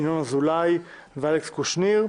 ינון אזולאי ואלכס קושניר,